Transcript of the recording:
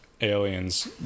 aliens